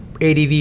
ADV